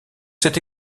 cette